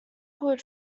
good